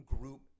group